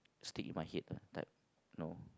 stick in my head ah type no